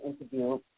interview